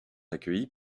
accueillis